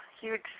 huge